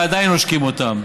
ועדיין עושקים אותם.